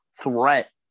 threat